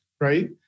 Right